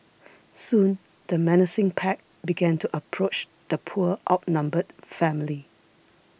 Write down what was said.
soon the menacing pack began to approach the poor outnumbered family